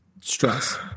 stress